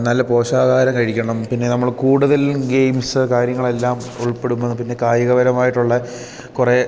നല്ല പോഷകാഹാരം കഴിക്കണം പിന്നെ നമ്മൾ കൂടുതലും ഗെയിംസ് കാര്യങ്ങളെല്ലാം ഉൾപ്പെടുന്നത് പിന്നെ കായികപരമായിട്ടുള്ള കുറേ